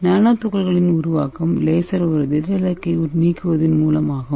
நானோ துகள்களின் உருவாக்கம் லேசர் ஒரு திட இலக்கை நீக்குவதன் மூலம் ஆகும்